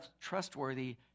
trustworthy